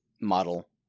model